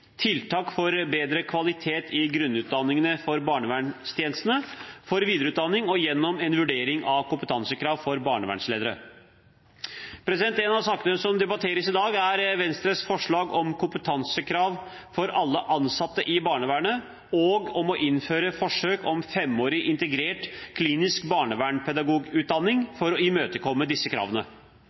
tiltak for bedre kvalitet i grunnutdanningene for barnevernstjenestene, for videreutdanning og gjennom en vurdering av kompetansekrav for barnevernsledere. En av sakene som debatteres i dag, er Venstres forslag om kompetansekrav for alle ansatte i barnevernet, og om å innføre forsøk om femårig integrert, klinisk barnevernspedagogutdanning for å imøtekomme disse kravene.